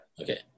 Okay